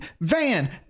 van